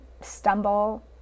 stumble